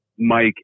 Mike